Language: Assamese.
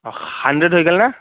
অ' হাণড্ৰেদ হৈ গ'লনে